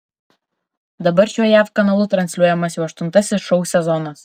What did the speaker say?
dabar šiuo jav kanalu transliuojamas jau aštuntasis šou sezonas